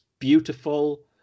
Beautiful